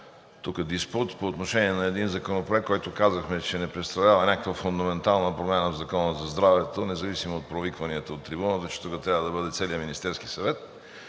диспут по отношение на един законопроект, който казахме, че не представлява някаква фундаментална промяна в Закона за здравето, независимо от провикванията от трибуната, че тук трябва да бъде целият Министерски съвет,